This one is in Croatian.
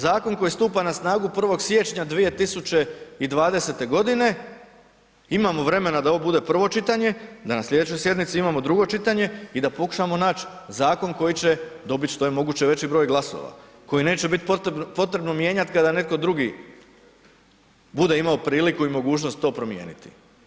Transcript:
Zakon koji stupa na snagu 1. siječnja 2020. g., imamo vremena da ovo bude prvo čitanje, da na sljedećoj sjednici imamo drugo čitanje i da pokušamo naći zakon koji će dobiti što je veći broj glasova koje neće biti potrebo mijenjati kada netko drugi bude imao priliku i mogućnost to promijeniti.